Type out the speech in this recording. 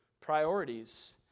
priorities